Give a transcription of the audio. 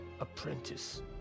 apprentice